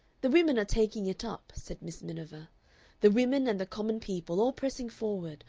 the women are taking it up, said miss miniver the women and the common people, all pressing forward,